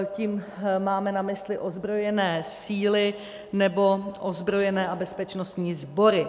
Tím máme na mysli ozbrojené síly nebo ozbrojené a bezpečnostní sbory.